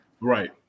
Right